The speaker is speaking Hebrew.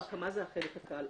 ההקמה זה החלק הקל.